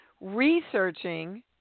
researching